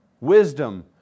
Wisdom